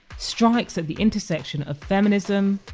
strikes at the intersection of feminism,